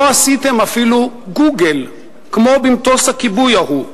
לא עשיתם אפילו "גוגל", כמו במטוס הכיבוי ההוא,